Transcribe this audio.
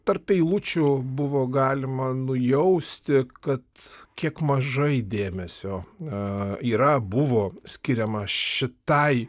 tarp eilučių buvo galima nujausti kad kiek mažai dėmesio na yra buvo skiriama šitai